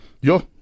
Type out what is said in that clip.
Yo